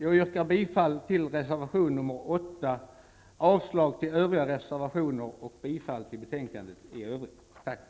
Jag yrkar bifall till reservation nr 8, avslag på övriga reservationer, och bifall till utskottets hemställan i övrigt.